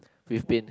we've been